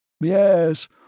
Yes